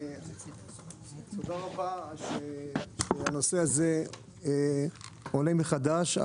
תודה רבה שהנושא הזה עולה מחדש.